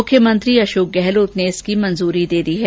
मुख्यमंत्री अशोक गहलोत ने इसकी मंजूरी दे दी है